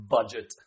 Budget